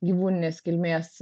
gyvūninės kilmės